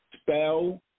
spell